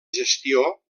gestió